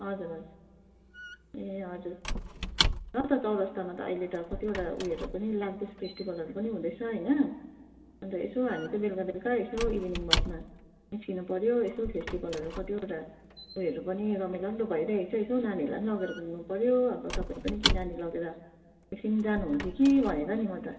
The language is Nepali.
हजुर हजुर ए हजुर र त चैरस्तामा त अहिले त कतिवटा ऊ योहरू पनि लाग्दैछ फेस्टिभलहरू पनि हुँदैछ हैन अनि त यसो हामी पनि बेलुका बेलुका यसो इभिनिङ वाकमा निस्किनुपऱ्यो यसो फेसटिभलहरू कतिवटा ऊ योहरू पनि रमाइलो भइरहेछ यसो नानीहरलाई पनि लगेर घुम्नुपऱ्यो अब तपाईहरू पनि कि नानी लगेर एकछिन जानुहुन्थ्यो कि भनेर नि म त